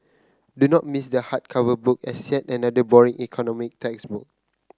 do not miss the hardcover book as yet another boring economic textbook